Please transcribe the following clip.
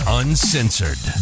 uncensored